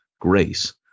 grace